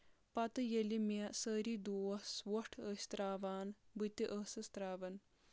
پتہٕ ییٚلہِ مےٚ سٲری دوس وۄٹھ ٲسۍ ترٛاوان بہٕ تہِ ٲسٕس تراوان